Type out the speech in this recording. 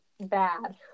Bad